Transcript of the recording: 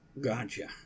Gotcha